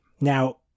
now